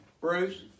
Bruce